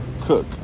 Cook